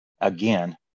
again